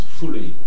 fully